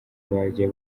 bajya